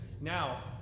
Now